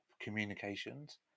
communications